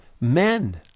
men